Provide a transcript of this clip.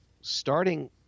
starting